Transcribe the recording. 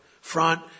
Front